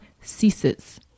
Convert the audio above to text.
ceases